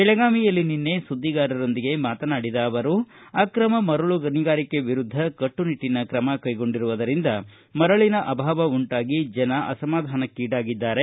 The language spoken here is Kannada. ಬೆಳಗಾವಿಯಲ್ಲಿ ನಿನ್ನೆ ಸುದ್ವಿಗಾರರೊಂದಿಗೆ ಮಾತನಾಡಿದ ಅವರು ಆಕ್ರಮ ಮರಳು ಗಣಿಗಾರಿಕೆ ವಿರುದ್ದ ಕಟ್ಟುನಿಟ್ಟನ ಕ್ರಮ ಕೈಗೊಂಡಿರುವುದರಿಂದ ಮರಳನ ಅಭಾವ ಉಂಟಾಗಿ ಜನ ಅಸಮಾಧಾನಕ್ಕೀಡಾಗಿದ್ದಾರೆ